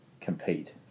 compete